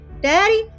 Daddy